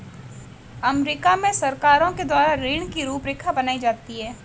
अमरीका में सरकारों के द्वारा ऋण की रूपरेखा बनाई जाती है